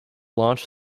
launch